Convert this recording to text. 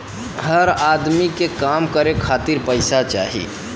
हर अदमी के काम करे खातिर पइसा चाही